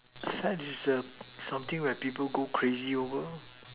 fad is the something where people go crazy over